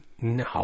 No